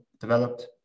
developed